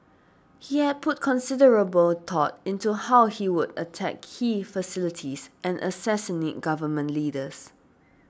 he had put considerable thought into how he would attack key facilities and assassinate Government Leaders